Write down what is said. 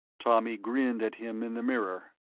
tommy grinned at him in the mirror.